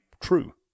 true